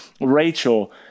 Rachel